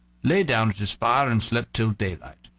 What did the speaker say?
lay down at his fire, and slept till daylight.